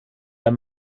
der